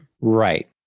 Right